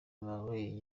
marley